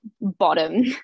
bottom